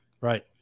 Right